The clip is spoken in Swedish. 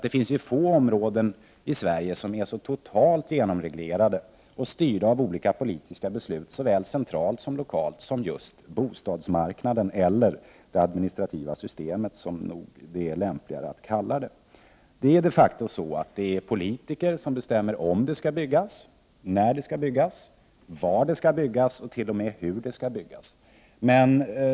Det finns få områden i Sverige som är så totalt genomreglerade och styrda av olika politiska beslut, såväl centrala som lokala, som just bostadsmarknaden eller, rättare sagt, detta administrativa system. Det är de facto så att det är politiker som bestämmer om det skall byggas, när det skall byggas, var det skall byggas och t.o.m. hur det skall byggas.